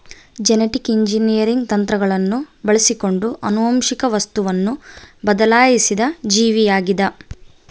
genetic engineering ತಂತ್ರಗಳನ್ನು ಬಳಸಿಕೊಂಡು ಆನುವಂಶಿಕ ವಸ್ತುವನ್ನು ಬದಲಾಯಿಸಿದ ಜೀವಿಯಾಗಿದ